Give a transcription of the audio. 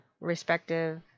respective